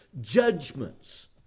judgments